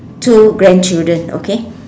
two grandchildren okay